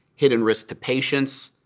hidden risks to patients,